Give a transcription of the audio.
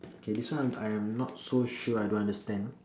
okay this one I am not so sure I don't understand